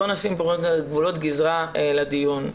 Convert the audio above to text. בוא נשים גבולות גזרה לדיון.